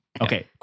Okay